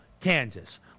Kansas